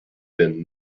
been